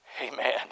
Amen